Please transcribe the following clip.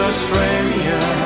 Australia